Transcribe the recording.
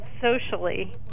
socially